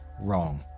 wrong